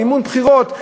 מימון בחירות.